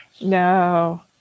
No